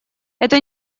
это